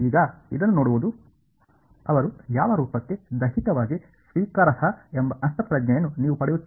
ಈಗ ಇದನ್ನು ನೋಡುವುದು ಅವರು ಯಾವ ರೂಪಕ್ಕೆ ದೈಹಿಕವಾಗಿ ಸ್ವೀಕಾರಾರ್ಹ ಎಂಬ ಅಂತಃಪ್ರಜ್ಞೆಯನ್ನು ನೀವು ಪಡೆಯುತ್ತೀರಿ